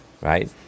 right